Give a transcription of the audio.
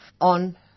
on